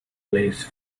place